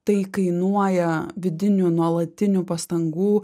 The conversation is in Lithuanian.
tai kainuoja vidinių nuolatinių pastangų